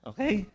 Okay